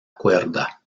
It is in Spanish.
cuerda